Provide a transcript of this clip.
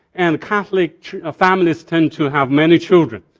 and catholic families tend to have many children.